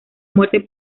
muerte